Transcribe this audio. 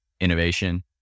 innovation